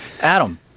Adam